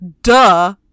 duh